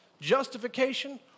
justification